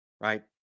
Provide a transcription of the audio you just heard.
Right